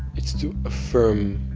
it's to affirm